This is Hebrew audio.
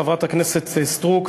חברת הכנסת סטרוק,